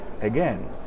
again